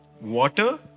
water